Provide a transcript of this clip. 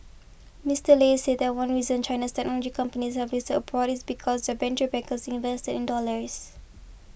Mister Lei said that one reason China's technology companies have abroad is because their venture backers invested in dollars